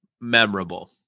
memorable